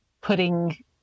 putting